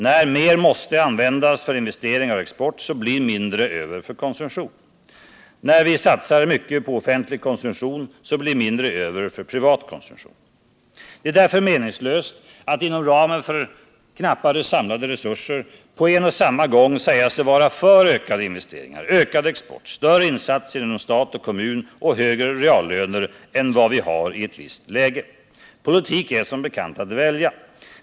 När mer måste användas för investeringar och export, blir mindre över för konsumtion. När vi satsar mycket på offentlig konsumtion, blir mindre över för privat konsumtion. Det är därför meningslöst att inom ramen för knappa samlade resurser på en och samma gång säga sig vara för ökade investeringar, ökad export, större insatser genom stat och kommun och högre reallöner än vad vi har i ett visst läge. Politik är som bekant att välja.